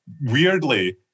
weirdly